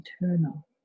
eternal